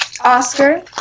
Oscar